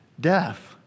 death